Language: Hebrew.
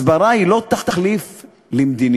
הסברה היא לא תחליף למדיניות.